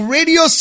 Radio